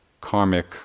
karmic